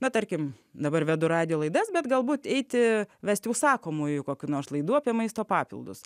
na tarkim dabar vedu radijo laidas bet galbūt eiti vesti užsakomųjų kokių nors laidų apie maisto papildus